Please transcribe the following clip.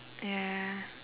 ya